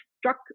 struck